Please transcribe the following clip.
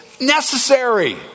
necessary